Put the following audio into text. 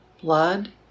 Blood